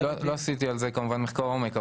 לא עשיתי כמובן מחקר עומק,